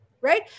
right